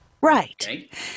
Right